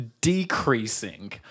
decreasing